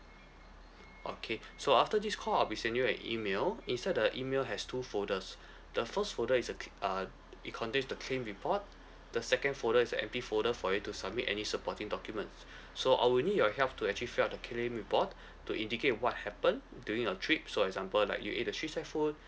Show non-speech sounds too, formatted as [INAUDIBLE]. okay so after this call I'll be sending you an email inside the email has two folders [BREATH] the first folder is a cl~ uh it contains the claim report the second folder is a empty folder for you to submit any supporting documents [BREATH] so I will need your help to actually fill up the claim report to indicate what happen during your trip so example like you ate a street side food